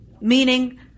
Meaning